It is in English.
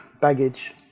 baggage